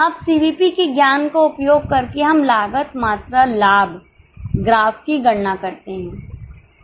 अब सीवीपी के ज्ञान का उपयोग करके हम लागत मात्रा लाभ ग्राफ की गणना कर सकते हैं